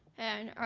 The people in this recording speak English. and